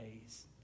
days